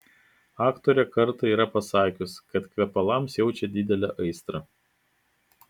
aktorė kartą yra pasakiusi kad kvepalams jaučia didelę aistrą